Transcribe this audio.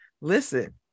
listen